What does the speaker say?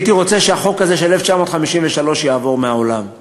הייתי רוצה שהחוק הזה, של 1953, יעבור מהעולם.